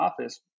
office